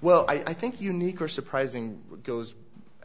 well i think unique or surprising goes